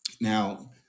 Now